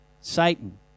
Satan